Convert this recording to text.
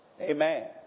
Amen